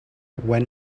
when